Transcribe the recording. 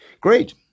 Great